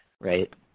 right